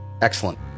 Excellent